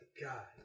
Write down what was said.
God